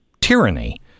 tyranny